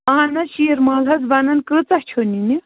اہن حظ شیٖر مال حظ بنن کۭژاہ چھُو نِنہِ